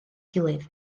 gilydd